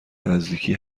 نزدیکی